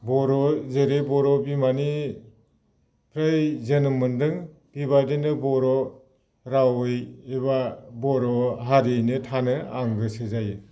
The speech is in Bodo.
बर' जेरै बर' बिमानिफ्राय जोनोम मोनदों बेबायदिनो बर' रावै एबा बर' हारियैनो थानो आं गोसो जायो